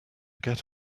get